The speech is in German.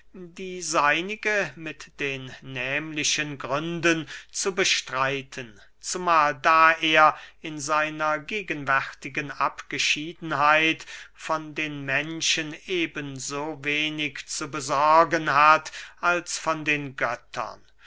die seinige mit den nehmlichen gründen zu bestreiten zumahl da er in seiner gegenwärtigen abgeschiedenheit von den menschen eben so wenig zu besorgen hat als von den göttern